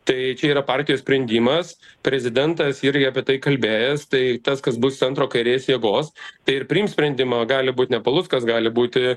tai čia yra partijos sprendimas prezidentas irgi apie tai kalbėjęs tai tas kas bus centro kairės jėgos tai ir priims sprendimą gali būt ne paluckas gali būti